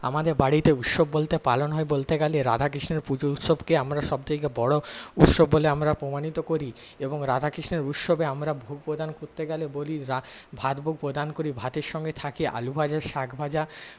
আমাদের বাড়িতে উৎসব বলতে পালন হয় বলতে গেলে রাধা কৃষ্ণের পুজো উৎসবকে আমরা সব থেকে বড় উৎসব বলে আমরা প্রমাণিত করি এবং রাধা কৃষ্ণের উৎসবে আমরা ভোগ প্রদান করতে বলি ভাতও প্রদান করি ভাতের সঙ্গে থাকে আলু ভাজা শাক ভাজা